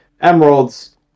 emeralds